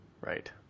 Right